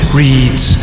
reads